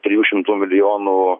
trijų šimtų milijonų